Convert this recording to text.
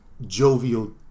jovial